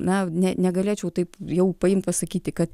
na ne negalėčiau taip bijau paimt pasakyti kad